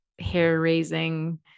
hair-raising